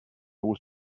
was